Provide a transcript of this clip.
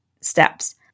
steps